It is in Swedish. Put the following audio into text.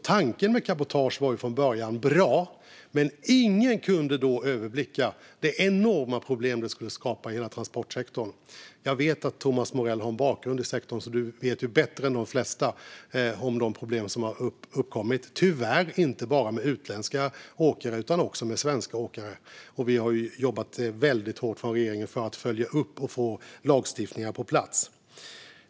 Tanken med cabotage var alltså från början bra, men ingen kunde då överblicka de enorma problem som detta skulle skapa i hela transportsektorn. Jag vet att du, Thomas Morell, har en bakgrund i sektorn, så du känner bättre än de flesta till de problem som har uppkommit. Tyvärr gäller dessa problem inte bara utländska åkare utan också svenska åkare. Vi har jobbat väldigt hårt från regeringens sida för att följa upp detta och få lagstiftning på plats.